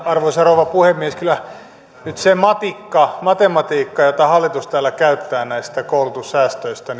arvoisa rouva puhemies kyllä nyt sillä matikalla matematiikalla jota hallitus täällä käyttää näistä koulutussäästöistä